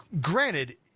granted